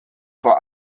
vor